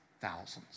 thousands